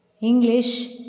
English